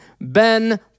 Ben